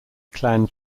clan